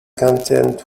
content